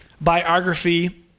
biography